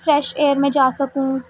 fresh air میں جا سکوں